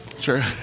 Sure